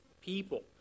people